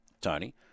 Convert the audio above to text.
Tony